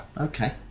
Okay